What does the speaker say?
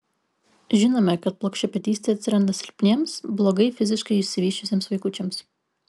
žinome kad plokščiapėdystė atsiranda silpniems blogai fiziškai išsivysčiusiems vaikučiams